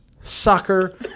soccer